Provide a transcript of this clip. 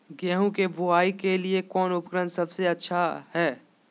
गेहूं के बुआई के लिए कौन उपकरण सबसे अच्छा है?